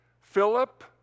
Philip